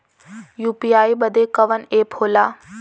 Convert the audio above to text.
UPI बदे कवन app होला?